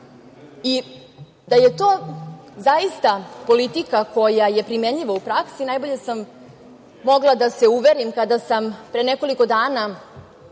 je to zaista politika koja je primenljiva u praksi, najbolje sam mogla da se uverim kada sam pre nekoliko dana